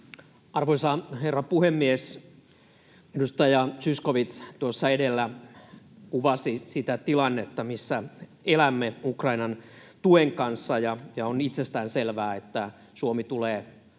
Arvoisa herra puhemies! Edustaja Zyskowicz tuossa edellä kuvasi sitä tilannetta, missä elämme Ukrainan tuen kanssa. On itsestään selvää, että Suomi tulee — toivon